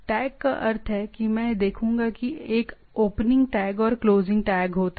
tag का अर्थ है कि मैं देखूंगा कि एक ओपनिंग टैग और क्लोजिंग टैग होगा